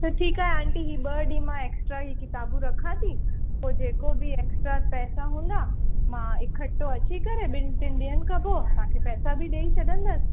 त ठीकु आहे आंटी ही ॿ ॾींहं मां एक्सट्रा ही किताबूं रखां थी पोइ जेको बि एक्स्ट्रा पैसा हूंदा मां इकठो अची करे ॿिनि टिनि ॾींहंनि खां पोइ तव्हांखे पैसा बि ॾेई छॾंदसि